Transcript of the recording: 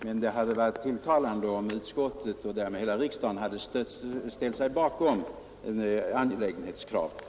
Men det hade varit tilltalande om utskottet och därmed hela riksdagen hade ställt sig bakom angelägenhetskravet.